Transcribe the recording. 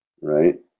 Right